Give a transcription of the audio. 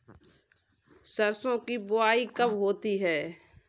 सरसों की बुआई कब होती है?